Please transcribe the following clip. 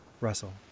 Russell